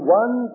one